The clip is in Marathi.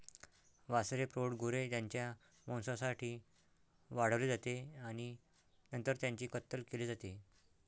वासरे प्रौढ गुरे त्यांच्या मांसासाठी वाढवली जाते आणि नंतर त्यांची कत्तल केली जाते